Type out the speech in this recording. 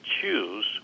choose